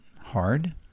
hard